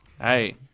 Hey